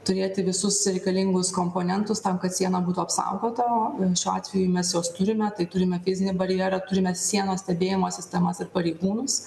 turėti visus reikalingus komponentus tam kad siena būtų apsaugota šiuo atveju mes juos turime tai turime fizinį barjerą turime sienos stebėjimo sistemas ir pareigūnus